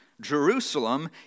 Jerusalem